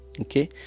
okay